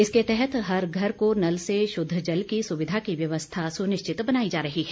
इसके तहत हर घर को नल से शुद्ध जल की सुविधा की व्यवस्था सुनिश्चित बनाई जा रही है